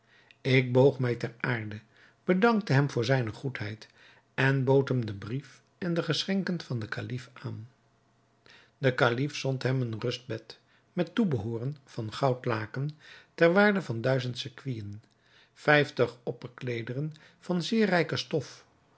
ik boog mij ter aarde bedankte hem voor zijne goedheid en bood hem den brief en de geschenken van den kalif aan de kalif zond hem een rustbed met toebehooren van goudlaken ter waarde van duizend sequinen vijftig opperkleederen van zeer rijke stof